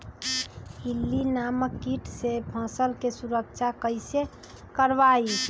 इल्ली नामक किट से फसल के सुरक्षा कैसे करवाईं?